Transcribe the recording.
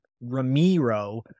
ramiro